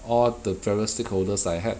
all the various stakeholders I had